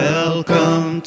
Welcome